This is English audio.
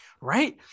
right